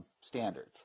standards